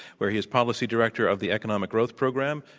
where he is policy director of the economic growth program,